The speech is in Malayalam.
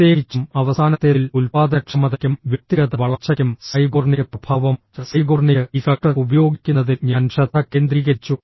പ്രത്യേകിച്ചും അവസാനത്തേതിൽ ഉൽപ്പാദനക്ഷമതയ്ക്കും വ്യക്തിഗത വളർച്ചയ്ക്കും സൈഗോർണിക് പ്രഭാവം ഉപയോഗിക്കുന്നതിൽ ഞാൻ ശ്രദ്ധ കേന്ദ്രീകരിച്ചു